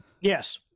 Yes